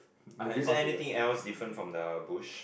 okay is there anything else different from the bush